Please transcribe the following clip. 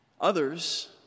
Others